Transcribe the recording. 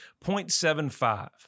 0.75